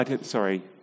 Sorry